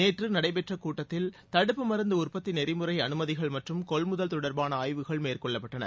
நேற்று நடைபெற்ற கூட்டத்தில் தடுப்பு மருந்து உற்பத்தி நெறிமுறை அனுமதிகள் மற்றும் கொள்முதல் தொடர்பான ஆய்வுகள் மேற்கொள்ளப்பட்டன